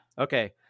Okay